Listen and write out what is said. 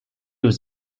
was